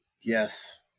Yes